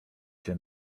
się